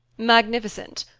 magnificent!